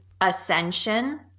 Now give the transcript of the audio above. ascension